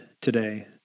today